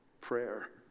prayer